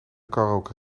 karaoke